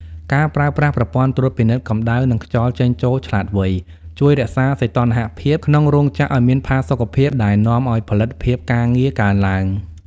ការប្រើប្រាស់ប្រព័ន្ធត្រួតពិនិត្យកំដៅ និងខ្យល់ចេញចូលឆ្លាតវៃ ជួយរក្សាសីតុណ្ហភាពក្នុងរោងចក្រឱ្យមានផាសុកភាព ដែលនាំឱ្យផលិតភាពការងារកើនឡើង។